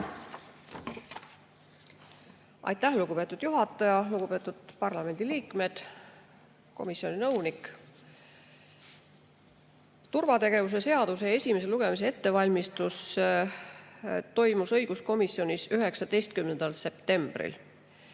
Aitäh, lugupeetud juhataja! Lugupeetud parlamendiliikmed! Komisjoni nõunik! Turvategevuse seaduse esimese lugemise ettevalmistus toimus õiguskomisjonis 19. septembril.